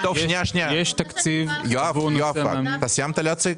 אתה סיימת להציג?